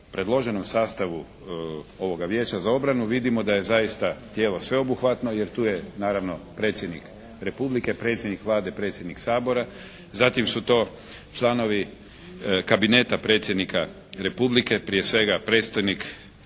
predloženom sastavu ovoga Vijeća za obranu vidimo da je zaista tijelo sveobuhvatno jer tu je naravno predsjednik Republike, predsjednik Vlade, predsjednik Sabora, zatim su to članovi Kabineta predsjednika Republike, prije svega predstojnik Ureda